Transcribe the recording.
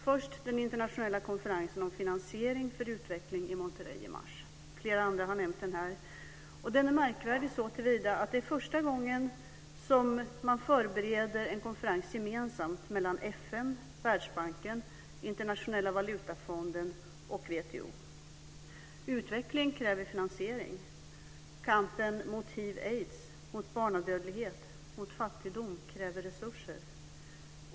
Först har vi den internationella konferensen om finansiering för utveckling i Monterrey i mars. Flera andra har nämnt den här, och den är märkvärdig såtillvida att det är första gången som man förbereder en konferens gemensamt mellan FN, Världsbanken, Internationella valutafonden och WTO. Utveckling kräver finansiering. Kampen mot hiv/aids, mot barnadödlighet och mot fattigdom kräver resurser.